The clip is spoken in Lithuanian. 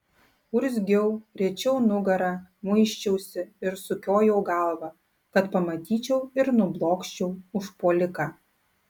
urzgiau riečiau nugarą muisčiausi ir sukiojau galvą kad pamatyčiau ir nublokščiau užpuoliką